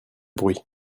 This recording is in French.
bruit